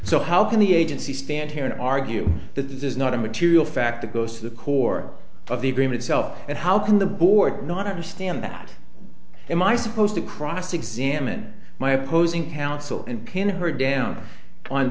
so how can the agency stand here and argue that this is not a material fact it goes to the core of the agreement itself and how can the board not understand that in my supposed to cross examine my opposing counsel and pin her down on